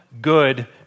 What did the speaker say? good